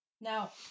now